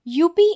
UP